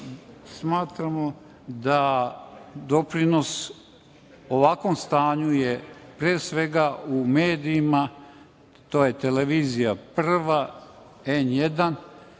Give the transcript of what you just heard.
smatramo da doprinos ovakvom stanju je pre svega u medijima, to je televizija Prva, N1